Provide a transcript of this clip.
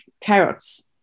carrots